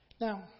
Now